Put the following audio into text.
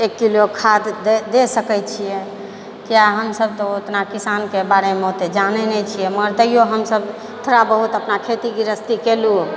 एक किलो खाद दए सकै छी किया हम सभ तऽ उतना किसानके बारेमे ओते जानै नहि छियै मगर तैयो हम सभ थोड़ा बहुत अपना खेती गृहस्थी कयलहुँ